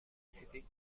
فیزیک